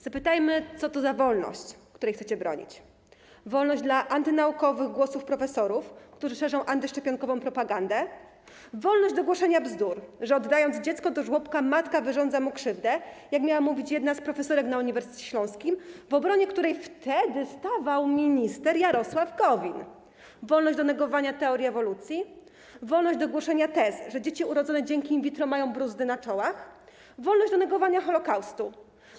Zapytajmy, co to za wolność, której chcecie bronić: wolność dla antynaukowych głosów profesorów, którzy szerzą antyszczepionkową propagandę; wolność do głoszenia bzdur, że oddając dziecko do żłobka, matka wyrządza mu krzywdę, jak miała mówić jedna z profesorek na Uniwersytecie Śląskim, w obronie której wtedy stawał minister Jarosław Gowin; wolność do negowania teorii ewolucji; wolność do głoszenia tez, że dzieci urodzone dzięki in vitro mają bruzdy na czołach; wolność do negowania Holokaustu.